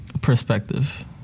Perspective